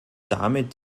damit